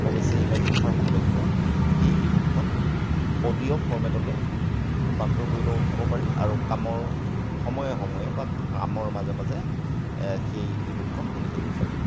অৱশ্যে ইংৰাজী ভাষাৰ হ'ব লাগিব সেই ই বুকখন অ'ডিঅ' ফৰ্মেটলৈ ৰূপান্তৰ কৰি ল'ব পাৰি আৰু কামৰ সময়ে সময়ে বা কামৰ মাজে মাজে সেই ই বুকখন শুনি থাকিব পাৰি